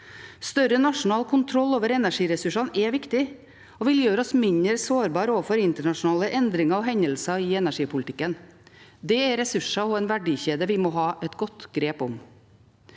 Større nasjonal kontroll over energiressursene er viktig og vil gjøre oss mindre sårbare overfor internasjonale endringer og hendelser i energipolitikken. Det er ressurser og en verdikjede vi må ha et godt grep om.